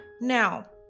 Now